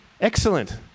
Excellent